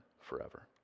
forever